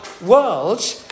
world